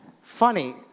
Funny